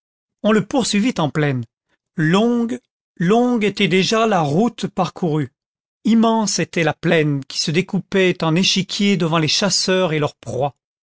on le poursuivit en plaine longue longue était déjà la route parcourue immense était la plaine qui se découpait en échiquier devant les chasseurs et leur proie